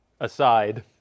aside